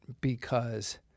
because-